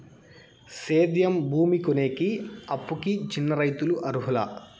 సేద్యం భూమి కొనేకి, అప్పుకి చిన్న రైతులు అర్హులా?